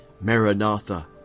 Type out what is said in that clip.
Maranatha